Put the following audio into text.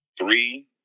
three